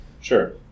Sure